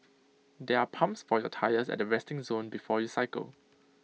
there are pumps for your tyres at the resting zone before you cycle